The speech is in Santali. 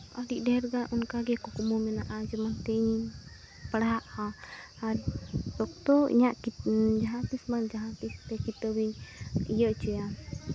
ᱟᱹᱰᱤ ᱰᱷᱮᱨ ᱜᱮ ᱚᱱᱠᱟ ᱜᱮ ᱠᱩᱠᱢᱩ ᱢᱮᱱᱟᱜᱼᱟ ᱡᱮᱢᱚᱱ ᱛᱮᱦᱮᱧ ᱯᱟᱲᱦᱟᱜᱼᱟ ᱟᱨ ᱚᱠᱛᱚ ᱤᱧᱟᱹᱜ ᱡᱟᱦᱟᱸ ᱛᱤᱥ ᱵᱟᱝ ᱡᱟᱦᱟᱸ ᱛᱤᱥᱛᱮ ᱠᱤᱛᱟᱹᱵ ᱤᱧ ᱤᱭᱟᱹ ᱦᱚᱪᱚᱭᱟ